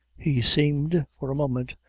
he seemed, for a moment,